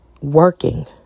working